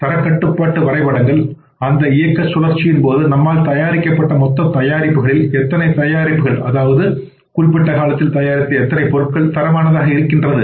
தரக் கட்டுப்பாட்டு வரைபடங்கள் அந்த ஒரு இயக்கச் சுழற்சியின் போது நம்மால் தயாரிக்கப்பட்ட மொத்த தயாரிப்புகளில் எத்தனை தயாரிப்புகள் அதாவது குறிப்பிட்ட காலத்தில் தயாரித்த எத்தனை பொருட்கள் தரமானதாக இருக்கிறது